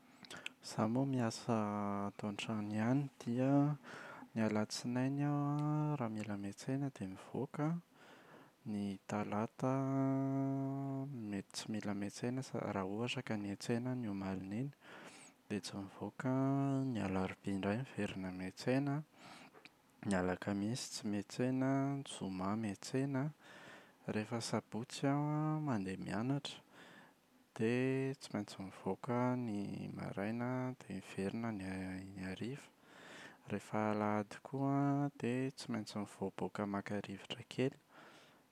Izaho moa miasa ato an-trano ihany dia ny alatsinainy aho raha mila miantsena dia mivoaka, ny talata an mety tsy mila miantsena sa- raha ohatra ka niantsena aho ny omalin’iny dia tsy mivoaka an, ny alarobia indray miverina miantsena an, ny alakamisy tsy miantsena, ny zoma miantsena an. Rehefa sabotsy aho mandeha mianatra dia tsy maintsy mivoaka ny maraina an dia miverina ny a- ny hariva, rehefa alahady koa an dia tsy maintsy mivoaboaka maka rivotra kely.